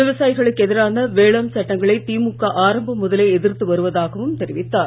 விவசாயிகளுக்கு எதிரான வேளாண் சட்டங்களை திமுக ஆரம்பம் முதலே எதிர்த்து வருவதாகவும் தெரிவித்தார்